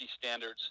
standards